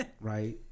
Right